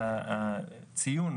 והציון,